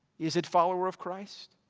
is it follower of christ?